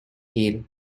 heel